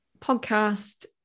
podcast